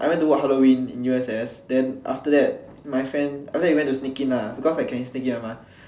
I went to work Halloween in U_S_S then after that my friend after that we went to sneak in ah because like can sneak in [one] mah